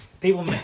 people